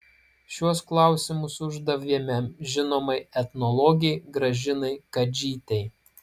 šiuos klausimus uždavėme žinomai etnologei gražinai kadžytei